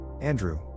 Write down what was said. Andrew